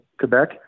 Quebec